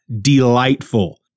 delightful